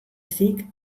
ezik